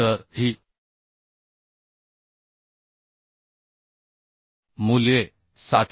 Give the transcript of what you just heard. तर ही मूल्ये 714